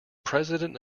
president